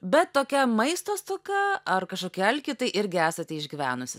bet tokia maisto stoka ar kažkokį alkį tai irgi esate išgyvenusi